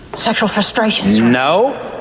sexual frustration. no,